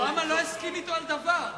אובמה לא הסכים אתו על דבר.